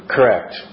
Correct